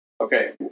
Okay